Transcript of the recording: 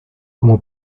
como